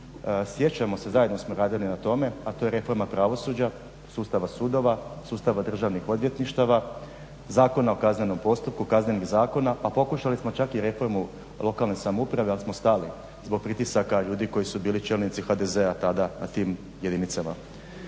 Sjećamo se, zajedno smo radili na tome a to je reforma pravosuđa, sustava sudova, sustava državnih odvjetništava, Zakona o kaznenom postupku, Kaznenih zakona pa pokušali smo čak i reformu lokalne samouprave ali smo stali zbog pritisaka ljudi koji su bili čelnici HDZ-a tada na tim jedinicama.